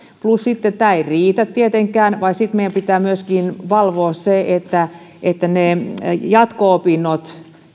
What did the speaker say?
plus sitten tämä ei riitä tietenkään vaan sitten meidän pitää myöskin valvoa sitä että ne jatko opinnot